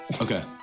Okay